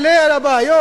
בואו נעלה על הבעיות,